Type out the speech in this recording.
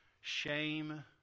shame